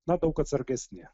na daug atsargesni